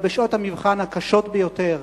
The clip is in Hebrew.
אבל בשעות המבחן הקשות ביותר,